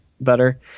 better